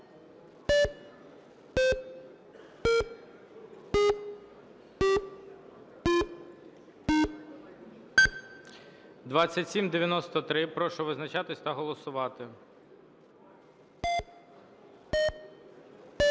2793. Прошу визначатися та голосувати.